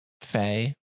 Faye